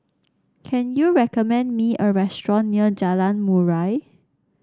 can you recommend me a restaurant near Jalan Murai